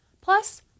plus